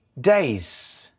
days